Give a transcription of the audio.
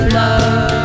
love